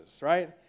right